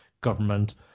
government